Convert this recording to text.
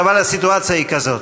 אבל הסיטואציה היא כזאת,